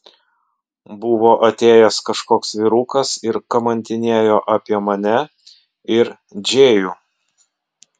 buvo atėjęs kažkoks vyrukas ir kamantinėjo apie mane ir džėjų